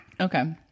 okay